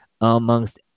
amongst